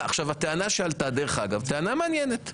דרך אגב, הטענה שעלתה היא טענה מעניינת.